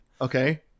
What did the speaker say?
okay